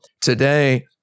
today